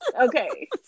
Okay